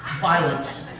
violence